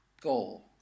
Goal